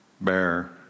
bear